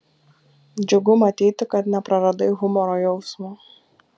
džiugu matyti kad nepraradai humoro jausmo